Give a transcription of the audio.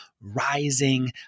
Rising